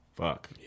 fuck